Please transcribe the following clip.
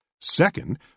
Second